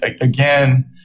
again